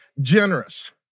generous